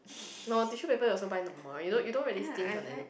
no tissue paper you also buy normal you don't you don't really stinge on any